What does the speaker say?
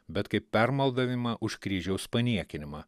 bet kaip permaldavimą už kryžiaus paniekinimą